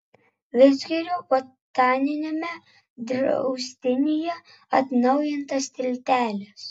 vidzgirio botaniniame draustinyje atnaujintas tiltelis